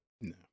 No